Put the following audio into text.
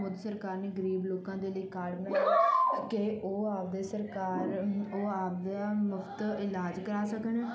ਮੋਦੀ ਸਰਕਾਰ ਨੇ ਗਰੀਬ ਲੋਕਾਂ ਦੇ ਲਈ ਕਾਰਡ ਕਿ ਉਹ ਆਪਦੇ ਸਰਕਾਰ ਉਹ ਅਪਦਾ ਮੁਫ਼ਤ ਇਲਾਜ ਕਰਾ ਸਕਣ